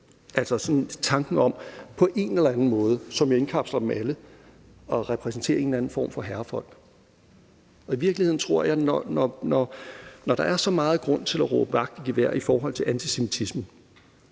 altså den tanke, som på en eller anden måde indkapsler dem alle, at de repræsenterer en eller anden form for herrefolk. I virkeligheden tror jeg, at når der er så meget grund til at råbe vagt i gevær i forhold til antisemitisme,